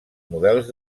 models